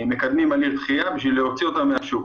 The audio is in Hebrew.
דחייה בשביל להוציא אותם מהשוק.